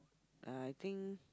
I think